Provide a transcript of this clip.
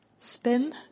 Spin